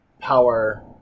power